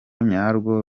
nyarwo